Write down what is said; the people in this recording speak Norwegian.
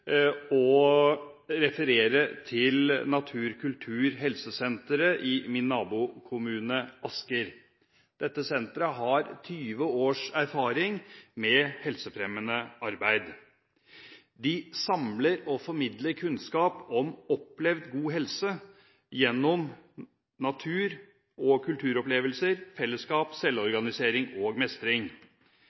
og referere til natur-kultur-helse-senteret i min nabokommune Asker. Dette senteret har 20 års erfaring med helsefremmende arbeid. De samler og formidler kunnskap om opplevd god helse gjennom natur- og kulturopplevelser, fellesskap, selvorganisering og mestring.